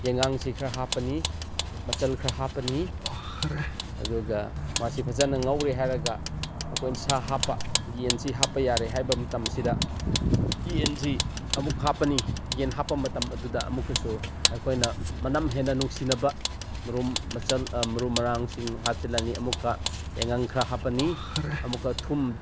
ꯌꯥꯏꯉꯪꯁꯤ ꯈꯔ ꯍꯥꯞꯄꯅꯤ ꯃꯆꯜ ꯈꯔ ꯍꯥꯞꯄꯅꯤ ꯑꯗꯨꯒ ꯃꯥꯁꯦ ꯐꯖꯅ ꯉꯧꯔꯦ ꯍꯥꯏꯔꯒ ꯑꯩꯈꯣꯏꯅ ꯁꯥ ꯍꯥꯞꯄ ꯌꯦꯟꯁꯤ ꯍꯥꯞꯄ ꯌꯥꯔꯦ ꯍꯥꯏꯕ ꯃꯇꯝꯁꯤꯗ ꯌꯦꯟꯁꯤ ꯑꯃꯨꯛ ꯍꯥꯞꯞꯅꯤ ꯌꯦꯟ ꯍꯥꯞꯄ ꯃꯇꯝ ꯑꯗꯨꯗ ꯑꯃꯨꯛꯀꯁꯨ ꯑꯩꯈꯣꯏꯅ ꯃꯅꯝ ꯍꯦꯟꯅ ꯅꯨꯡꯁꯤꯅꯕ ꯃꯆꯜ ꯃꯔꯨ ꯃꯔꯥꯡꯁꯤꯡ ꯍꯥꯞꯆꯤꯜꯂꯅꯤ ꯑꯃꯨꯛꯀ ꯌꯥꯏꯉꯪ ꯈꯔ ꯍꯥꯞꯄꯅꯤ ꯑꯃꯨꯛꯀ ꯊꯨꯝ